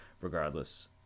regardless